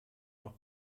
noch